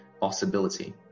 possibility